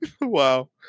wow